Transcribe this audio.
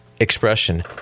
expression